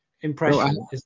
impression